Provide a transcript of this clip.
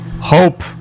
hope